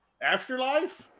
Afterlife